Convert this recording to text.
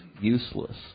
useless